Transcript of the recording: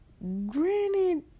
Granted